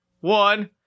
one